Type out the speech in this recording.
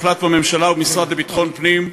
שעליו הוחלט בממשלה ובמשרד לביטחון פנים,